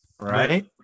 Right